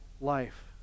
life